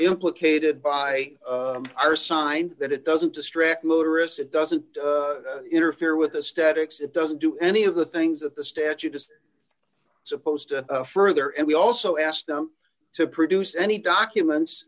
implicated by our sign that it doesn't distract motorists it doesn't interfere with the statics it doesn't do any of the things that the statute is supposed to further and we also asked them to produce any documents